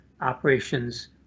operations